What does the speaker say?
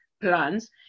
plans